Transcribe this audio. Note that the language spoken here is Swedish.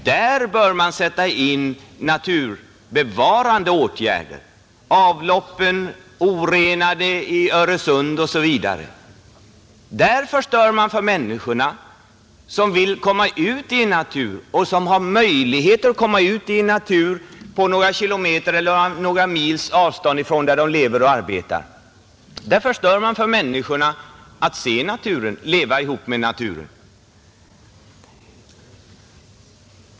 Där bör man sätta in naturbevarande åtgärder. Avloppen går orenade ut i Öresund osv. Där förstör man för människorna, som vill ha möjlighet att komma ut i naturen på några kilometers eller mils avstånd från den plats där de lever och arbetar. Där förstör man chansen för människorna att se naturen och leva ihop med naturen.